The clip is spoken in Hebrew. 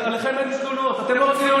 אליכם אין לי תלונות, אתם לא ציונים.